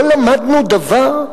לא למדנו דבר?